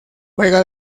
juega